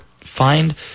find